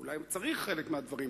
ואולי צריך חלק מהדברים.